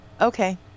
Okay